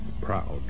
proud